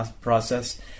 process